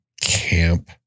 camp